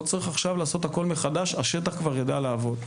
לא צריך לעשות הכול מחדש, השטח כבר ידע לעבוד.